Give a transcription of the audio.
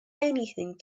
anything